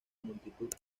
multitud